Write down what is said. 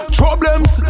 problems